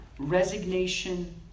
Resignation